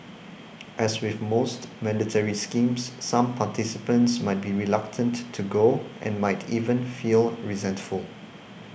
as with most mandatory schemes some participants might be reluctant to go and might even feel resentful